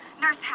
Nurse